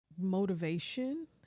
motivation